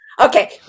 Okay